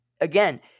again